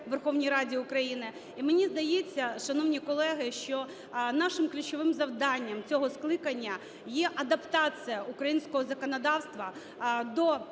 Верховній Раді України. І, мені здається, шановні колеги, що нашим ключовим завданням цього скликання є адаптація українського законодавства до